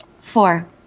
Four